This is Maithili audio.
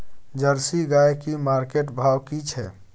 जर्सी गाय की मार्केट भाव की छै?